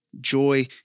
Joy